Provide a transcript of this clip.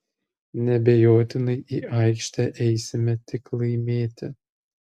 neabejotinai į aikštę eisime tik laimėti